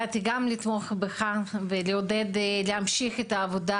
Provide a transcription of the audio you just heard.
הגעתי לתמוך בך ולעודד להמשיך את העבודה